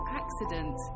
accident